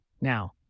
Now